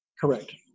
Correct